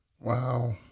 Wow